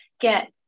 get